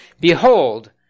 Behold